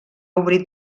obrir